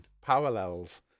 parallels